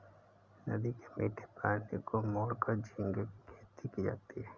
नदी के मीठे पानी को मोड़कर झींगे की खेती की जाती है